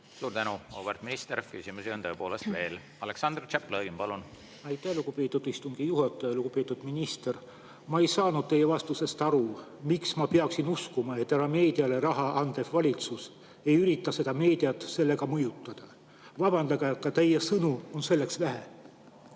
Suur tänu, auväärt minister! Küsimusi on tõepoolest veel. Aleksandr Tšaplõgin, palun! Aitäh, lugupeetud istungi juhataja! Lugupeetud minister! Ma ei saanud teie vastusest aru. Miks ma peaksin uskuma, et erameediale raha andev valitsus ei ürita meediat sellega mõjutada? Vabandage, aga teie sõnadest jääb väheks.